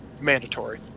mandatory